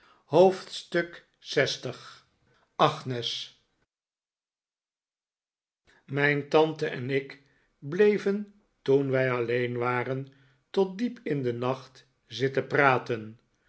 hoofdstuk lx agnes mijn tante en ik bleven toen wij alleen waren tot diep in den nacht zitten praten